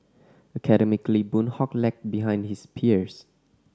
academically Boon Hock lagged behind his peers